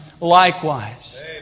likewise